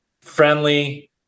friendly